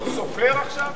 אתה סופר עכשיו?